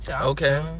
Okay